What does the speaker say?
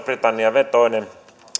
britannia vetoista